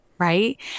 Right